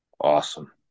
Awesome